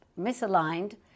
misaligned